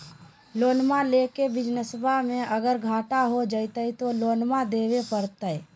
लोनमा लेके बिजनसबा मे अगर घाटा हो जयते तो लोनमा देवे परते?